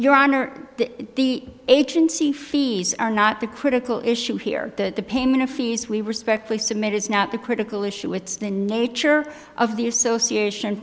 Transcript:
your honor the agency fees are not the critical issue here that the payment of fees we respectfully submit is not the critical issue it's the nature of the association